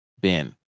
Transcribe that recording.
bin